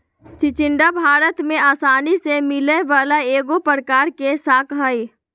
चिचिण्डा भारत में आसानी से मिलय वला एगो प्रकार के शाक हइ